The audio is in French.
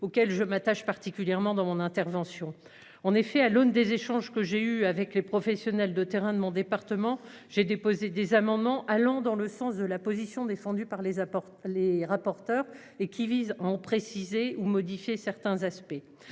auquel je m'attache particulièrement dans mon intervention en effet à l'aune des échanges que j'ai eue avec les professionnels de terrain de mon département, j'ai déposé des amendements allant dans le sens de la position défendue par les apports les rapporteurs et qui vise à en préciser ou modifier certains aspects,